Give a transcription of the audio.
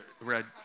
red